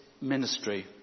ministry